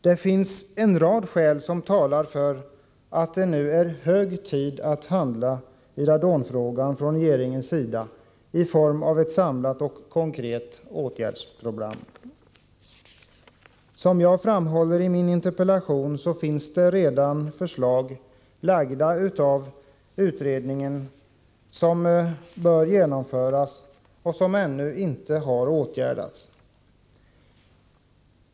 Det finns en rad skäl som talar för att det nu är hög tid för regeringen att handla i radonfrågan och lägga fram ett samlat och konkret åtgärdsprogram. Som jag framhåller i min interpellation har radonutredningen pekat på åtgärder som bör genomföras men som ännu inte har vidtagits.